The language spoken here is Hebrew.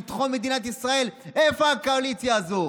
ביטחון מדינת ישראל, איפה הקואליציה הזו?